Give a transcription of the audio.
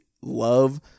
love